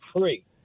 free